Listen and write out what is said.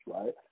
right